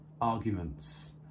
arguments